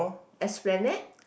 Esplanade